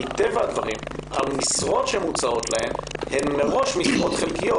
מטבע הדברים המשרות שמוצעות להן הן מראש משרות חלקיות.